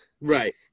Right